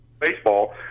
baseball